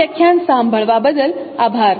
આ વ્યાખ્યાન સાંભળવા બદલ આભાર